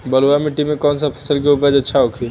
बलुआ मिट्टी में कौन सा फसल के उपज अच्छा होखी?